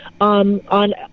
on